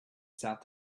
south